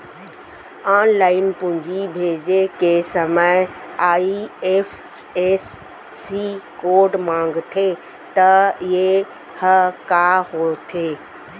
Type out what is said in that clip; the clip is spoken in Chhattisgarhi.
ऑनलाइन पूंजी भेजे के समय आई.एफ.एस.सी कोड माँगथे त ये ह का होथे?